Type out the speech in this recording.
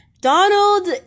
Donald